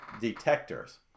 detectors